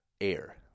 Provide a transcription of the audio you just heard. air